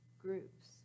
groups